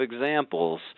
examples